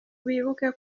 bibuke